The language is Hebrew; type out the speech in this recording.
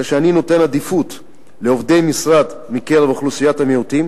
אלא שאני נותן עדיפות לעובדי משרד מקרב אוכלוסיית המיעוטים